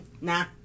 Nah